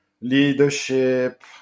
leadership